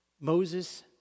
Moses